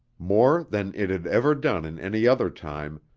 more than it had ever done in any other time,